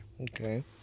Okay